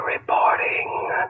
reporting